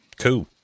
Cool